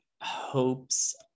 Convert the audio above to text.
hopes